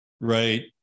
right